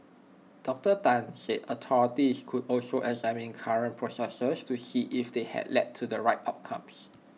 Doctor Tan said authorities could also examine current processes to see if they have led to the right outcomes